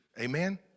amen